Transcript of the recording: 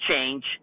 change